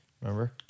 Remember